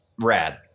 rad